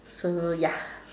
so ya